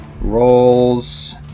rolls